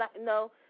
no